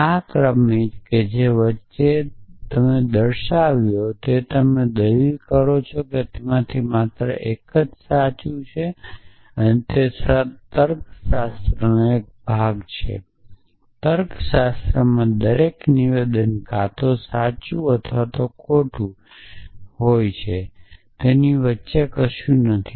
આ ક્રમ જે વચ્ચે સરકી ગયો છે જો તમે દલીલ કરો છો કે તેમાંથી માત્ર એક જ સાચું છે તે તર્કશાસ્ત્રનો એક ભાગ છે તર્કશાસ્ત્રમાં દરેક નિવેદન ક્યાં તો સાચું છે કે ખોટું અને તે વચ્ચે કંઈ નથી